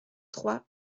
trois